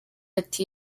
ati